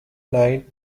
knight